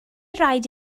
raid